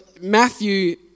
Matthew